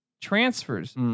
transfers